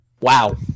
Wow